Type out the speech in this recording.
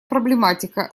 проблематика